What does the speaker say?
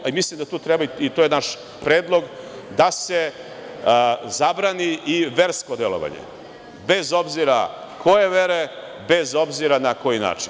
Ali, mislim da je u redu, i to je naš predlog, da se zabrani i versko delovanje, bez obzira koje vere, bez obzira na koji način.